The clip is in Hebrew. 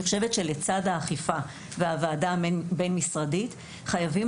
אני חושבת שלצד האכיפה והוועדה הבין משרדית חייבים